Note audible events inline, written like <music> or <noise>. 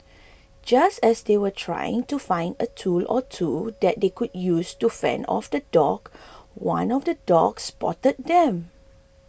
just as they were trying to find a tool or two that they could use to fend off the dog <noise> one of the dogs spotted them